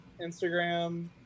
Instagram